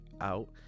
out